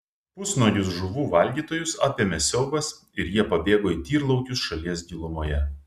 pusnuogius žuvų valgytojus apėmė siaubas ir jie pabėgo į tyrlaukius šalies gilumoje